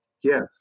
Yes